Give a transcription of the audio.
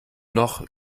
noch